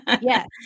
Yes